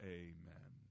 amen